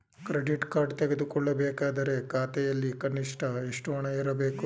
Credit card ತೆಗೆದುಕೊಳ್ಳಬೇಕಾದರೆ ಖಾತೆಯಲ್ಲಿ ಕನಿಷ್ಠ ಎಷ್ಟು ಹಣ ಇರಬೇಕು?